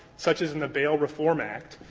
such as in the bail reform act,